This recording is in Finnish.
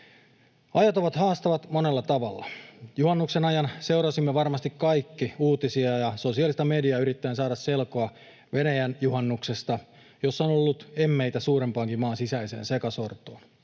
Ajat ovat haastavat monella tavalla. Juhannuksen ajan seurasimme varmasti kaikki uutisia ja sosiaalista mediaa yrittäen saada selkoa Venäjän juhannuksesta, jossa on ollut emmeitä suurempaankin maan sisäiseen sekasortoon.